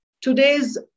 today's